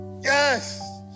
Yes